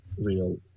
real